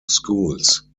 schools